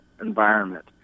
environment